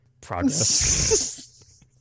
Progress